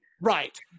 Right